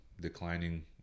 declining